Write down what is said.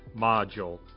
module